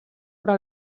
però